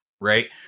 Right